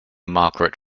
margaret